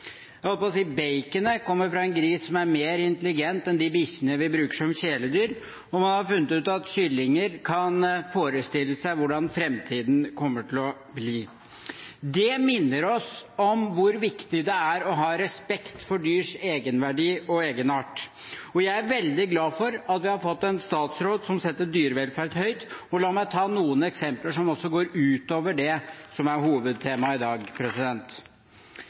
– holdt jeg på å si – kommer fra en gris som er mer intelligent enn de bikkjene vi bruker som kjæledyr, og man har funnet ut at kyllinger kan forestille seg hvordan framtiden kommer til å bli. Det minner oss om hvor viktig det er å ha respekt for dyrs egenverdi og egenart. Jeg er veldig glad for at vi har fått en statsråd som setter dyrevelferd høyt. La meg ta noen eksempler, som også går utover det som er hovedtemaet i dag.